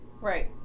right